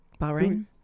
Bahrain